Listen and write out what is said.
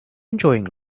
enjoying